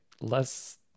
less